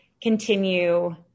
continue